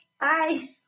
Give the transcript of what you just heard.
bye